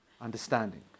understanding